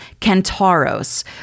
kantaros